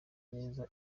neza